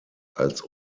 als